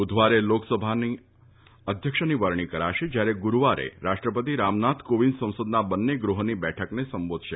બુધવારે લોકસભાની અધ્યક્ષની વરણી કરાશે અને ગુડુવારે રાષ્ટ્રપતિ રામનાથ કોવિંદ સંસદના બંને ગૃહોની બેઠકને સંબોધશે